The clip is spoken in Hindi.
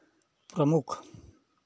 प्रमुख